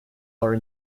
are